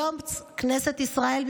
היום כנסת ישראל,